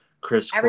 Chris